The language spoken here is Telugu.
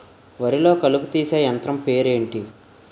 వరి లొ కలుపు తీసే యంత్రం పేరు ఎంటి?